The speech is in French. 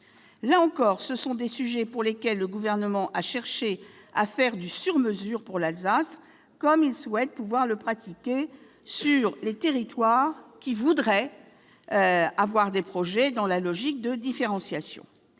Là encore, ce sont des sujets pour lesquels le Gouvernement a cherché à faire du sur-mesure pour l'Alsace, comme il souhaite pouvoir le pratiquer dans les territoires qui voudraient mener des projets dans une logique de différenciation.